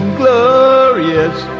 glorious